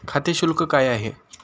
खाते शुल्क काय आहे?